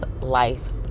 life